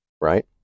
Right